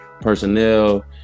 personnel